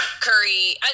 Curry